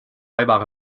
weimar